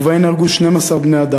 שבהן נהרגו 12 בני-אדם.